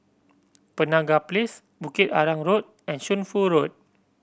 Penaga Place Bukit Arang Road and Shunfu Road